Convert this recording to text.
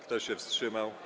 Kto się wstrzymał?